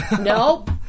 nope